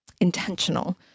intentional